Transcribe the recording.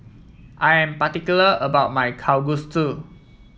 I am particular about my Kalguksu